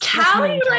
Callie